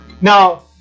Now